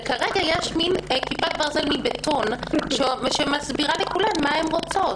וכרגע יש מין כיפת ברזל מבטון שמסבירה לכולן מה הן רוצות.